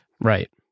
Right